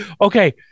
Okay